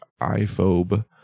iPhobe